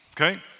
Okay